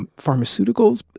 and pharmaceuticals,